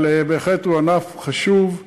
אבל הוא בהחלט ענף חשוב,